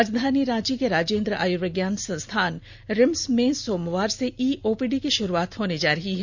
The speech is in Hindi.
राजधानी रांची के राजेंद्र आयुर्विज्ञान संस्थान रिम्स में सोमवार से ई ओपीडी की शुरुआत होने जा रही है